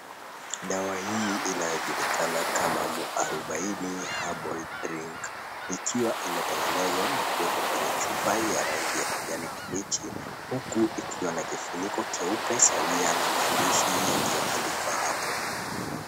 Dawa hii inajulikana kama "Muarubaini herbal drink" ikiwa imetengenezwa na kuwekwa kwenye chupa ya rangi ya kijani kibichi huku ikiwa na kifuniko cheupe sawia na maandishi yaliyoandikwa hapo.